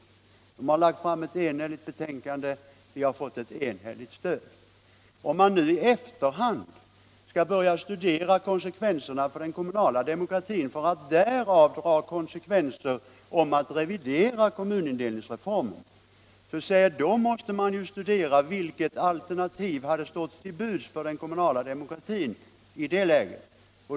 Utredningen har lagt fram ett enhälligt betänkande och har fått ett enhälligt stöd. Om man nu i efterhand skall börja studera konsekvenserna för den kommunala demokratin för att därav dra slutsatser när det gäller att revidera kommunindelningsreformen, så måste man ju studera vilket alternativ som hade stått till buds för den kommunala demokratin i det läget.